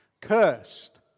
Cursed